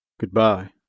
Goodbye